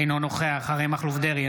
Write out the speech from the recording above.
אינו נוכח אריה מכלוף דרעי,